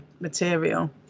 material